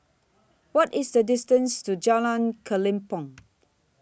What IS The distance to Jalan Kelempong